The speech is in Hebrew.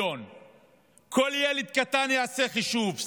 כל ילד קטן יעשה חישוב.